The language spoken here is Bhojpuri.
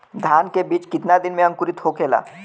धान के बिज कितना दिन में अंकुरित होखेला?